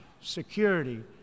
security